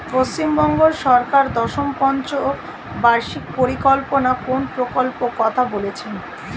পশ্চিমবঙ্গ সরকার দশম পঞ্চ বার্ষিক পরিকল্পনা কোন প্রকল্প কথা বলেছেন?